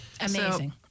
amazing